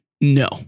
No